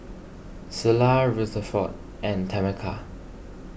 Selah Rutherford and Tameka